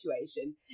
situation